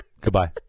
Goodbye